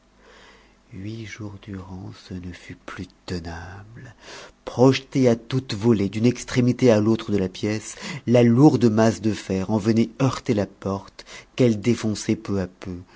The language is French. huit jours durant ce ne fut plus tenable projetée à toute volée d'une extrémité à l'autre de la pièce la lourde masse de fer en venait heurter la porte qu'elle défonçait peu à peu